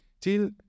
Till